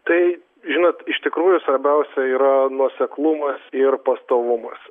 tai žinot iš tikrųjų svarbiausia yra nuoseklumas ir pastovumas